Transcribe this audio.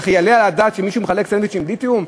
וכי יעלה על הדעת שמישהו מחלק סנדוויצ'ים בלי תיאום?